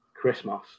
Christmas